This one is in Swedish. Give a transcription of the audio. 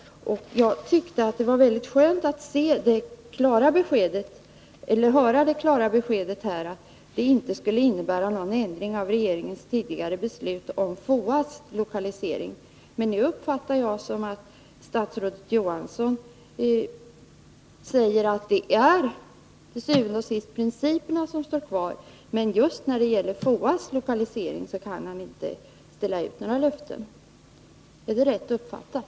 Jag tyckte att det var väldigt skönt att höra det här klara beskedet, att det inte skulle innebära någon ändring av regeringens tidigare beslut om FOA:s lokalisering. Men nu uppfattar jag det så, att statsrådet Johansson säger att principerna til syvende og sidst står kvar. Men just när det gäller FOA:s lokalisering kan han inte ställa ut några löften. Är det rätt uppfattat?